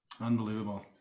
unbelievable